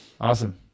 Awesome